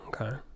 okay